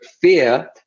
fear